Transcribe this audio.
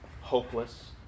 hopeless